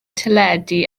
teledu